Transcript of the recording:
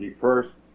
first